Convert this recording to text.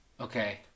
Okay